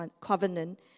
covenant